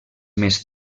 més